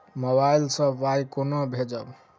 Mobile सँ पाई केना भेजब?